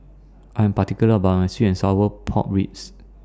I Am particular about My Sweet and Sour Pork Ribs